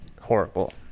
horrible